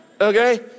Okay